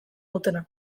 dutena